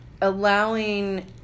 allowing